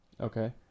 Okay